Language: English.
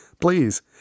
Please